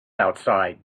outside